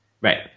Right